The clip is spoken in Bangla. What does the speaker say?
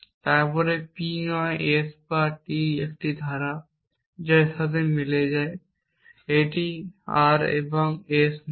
তারপর P নয় S বা T একটি ধারা যা এর সাথে মিলে যায় যে এটি R বা S নয়